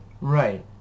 Right